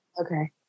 Okay